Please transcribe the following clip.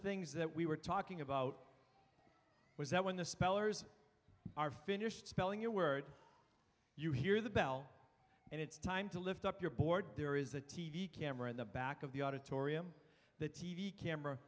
things that we were talking about was that when the spellers are finished spelling your word you hear the bell and it's time to lift up your board there is a t v camera in the back of the auditorium the t v camera